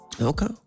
Okay